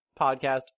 podcast